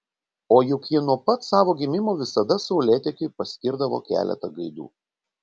o juk ji nuo pat savo gimimo visada saulėtekiui paskirdavo keletą gaidų